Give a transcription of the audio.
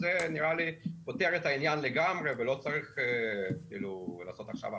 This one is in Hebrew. וזה נראה לי פותר את העניין לגמרי ולא צריך לעשות עכשיו החרגות.